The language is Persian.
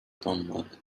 دنباله